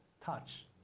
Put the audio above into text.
touch